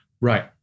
Right